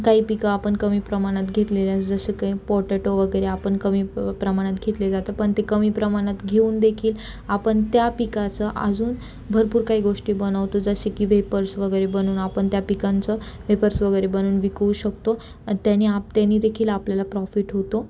काही पिकं आपण कमी प्रमाणत घेतलेल्या जसं काही पोटॅटो वगैरे आपण कमी प्रमाणात घेतले जातं पण ते कमी प्रमाणात घेऊन देखील आपण त्या पिकाचं अजून भरपूर काही गोष्टी बनवतो जसे की वेपर्स वगैरे बनवून आपण त्या पिकांचं वेपर्स वगैरे बनवून विकू शकतो आणि त्यानी आप त्यानीदेखील आपल्याला प्रॉफिट होतो